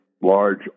large